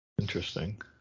Interesting